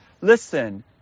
listen